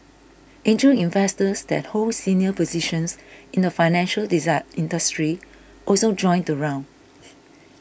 angel investors that hold senior positions in the financial industry also joined the round